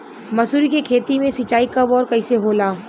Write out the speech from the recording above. मसुरी के खेती में सिंचाई कब और कैसे होला?